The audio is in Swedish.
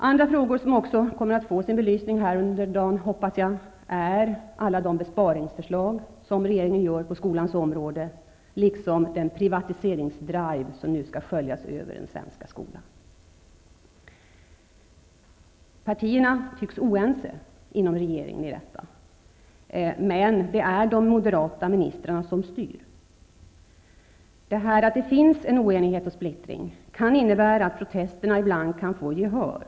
Andra frågor som kommer att få sin belysning här under dagen, hoppas jag, är alla besparingsförslag som regeringen har på skolans område liksom den privatiseringsdrive som nu sköljer över den svenska skolan. Partierna inom regeringen tycks vara oense om detta, men det är de moderata ministrarna som styr. Att det finns en oenighet och splittring kan innebära att protesterna ibland kan få gehör.